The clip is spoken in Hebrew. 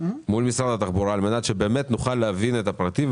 על מנת שנוכל להבין את הפרטים,